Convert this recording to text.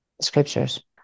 scriptures